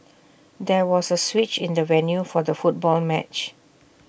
there was A switch in the venue for the football match